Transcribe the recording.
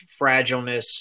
fragileness